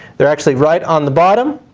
they're actually right on the bottom,